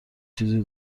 چیزی